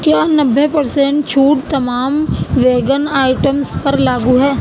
کیا نوّے پرسنٹ چھوٹ تمام ویگن آئٹمس پر لاگو ہے